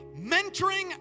mentoring